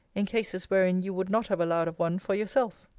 in cases wherein you would not have allowed of one for yourself.